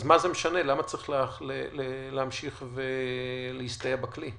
אז מה זה משנה, למה צריך להמשיך ולהסתייע בכלי?